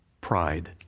pride